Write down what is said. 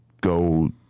go